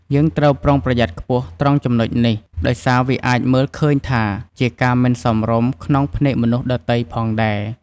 យើងត្រូវប្រុងប្រយ័ត្នខ្ពស់ត្រង់ចំណុចនេះ ដោយសារវាអាចមើលឃើញថាជាការមិនសមរម្យក្នុងភ្នែកមនុស្សដទៃផងដែរ។